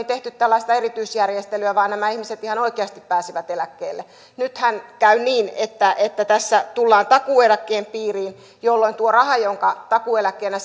tehty tällaista erityisjärjestelyä vaan nämä ihmiset ihan oikeasti pääsivät eläkkeelle nythän käy niin että että tässä tullaan takuueläkkeen piiriin jolloin tuo raha jonka takuueläkkeenä